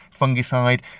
fungicide